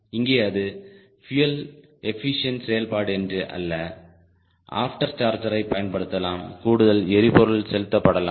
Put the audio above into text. இங்கே அது fuel efficient செயல்பாடு என்று அல்ல அஃப்டேர் சார்ஜரைப் பயன்படுத்தலாம் கூடுதல் எரிபொருள் செலுத்தப்படலாம்